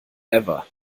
ever